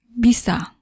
Bisa